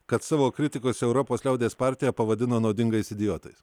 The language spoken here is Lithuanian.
kad savo kritikus europos liaudies partiją pavadino naudingais idiotais